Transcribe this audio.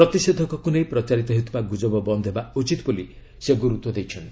ପ୍ରତିଷେଧକକୁ ନେଇ ପ୍ରଚାରିତ ହେଉଥିବା ଗୁଜବ ବନ୍ଦ ହେବା ଉଚିତ୍ ବୋଲି ସେ ଗୁରୁତ୍ୱ ଦେଇଛନ୍ତି